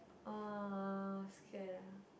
uh scared ah